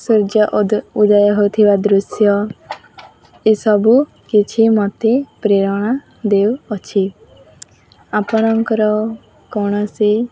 ସୂର୍ଯ୍ୟ ଉଦୟ ହେଉଥିବା ଦୃଶ୍ୟ ଏସବୁ କିଛି ମୋତେ ପ୍ରେରଣା ଦେଉଅଛି ଆପଣଙ୍କର କୌଣସି